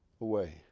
away